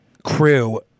Crew